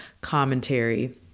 commentary